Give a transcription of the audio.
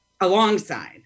alongside